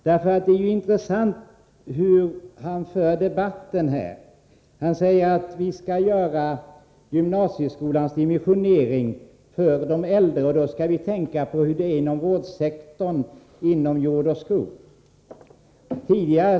Det är intressant hur han för debatten. Han säger att vi skall göra gymnasieskolans dimensionering för de äldre och att vi då skall tänka på hur det är inom vårdsektorn och inom jordoch skogsutbildningarna.